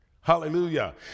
hallelujah